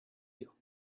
you